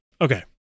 Okay